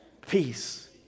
peace